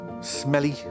smelly